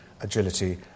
agility